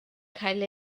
cael